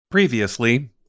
Previously